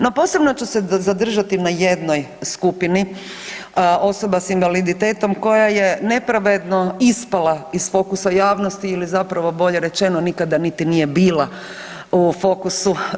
No, posebno ću se zadržati na jednoj skupini osoba sa invaliditetom koja je nepravedno ispala iz fokusa javnosti ili zapravo bolje rečeno nikada niti nije bila u fokusu.